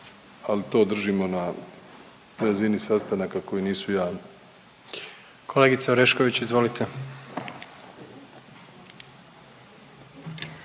al to držimo na razini sastanaka koji nisu javni. **Jandroković, Gordan